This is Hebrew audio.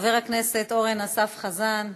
חבר הכנסת אורן אסף חזן.